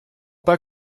pas